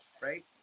right